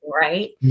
Right